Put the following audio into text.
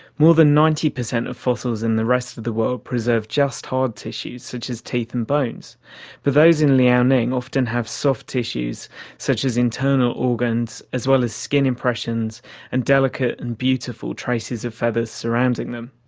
more than ninety per cent of fossils in the rest of the world preserve just hard tissues, such as teeth and bones but those in liaoning often have soft tissues such as internal organs as well as skin impressions and delicate and beautiful traces of feathers surrounding them.